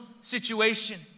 situation